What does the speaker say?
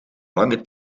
lange